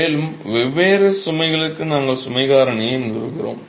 மேலும் வெவ்வேறு சுமைகளுக்கு நாங்கள் சுமை காரணியை நிறுவுகிறோம்